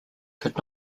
could